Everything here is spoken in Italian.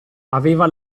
aveva